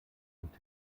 und